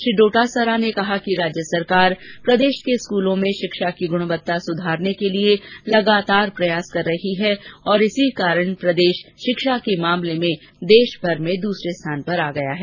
श्री डोटासरा ने कहा कि राज्य सरकार प्रदेश के स्कूलों में शिक्षा की गुणवत्ता सुधारने के लिए लगातार प्रयास कर रही है और इसी कारण प्रदेश शिक्षा के मामले में देशभर में दूसर्रे स्थान पर आ गया है